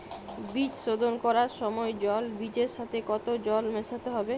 বীজ শোধন করার সময় জল বীজের সাথে কতো জল মেশাতে হবে?